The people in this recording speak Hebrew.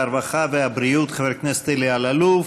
הרווחה והבריאות חבר הכנסת אלי אלאלוף.